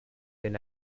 deny